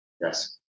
Yes